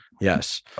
yes